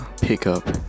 pickup